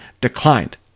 declined